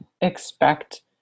expect